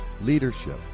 leadership